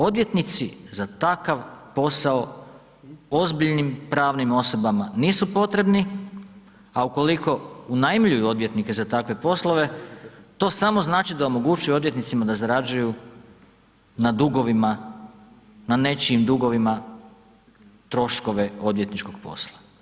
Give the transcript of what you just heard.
Odvjetnici za takav posao ozbiljnim pravnim osobama nisu potrebni, a ukoliko unajmljuju odvjetnike za takve poslove, to samo znači da omogućuje odvjetnicima da zarađuju na dugovima, na nečijim dugovima troškove odvjetničkog posla.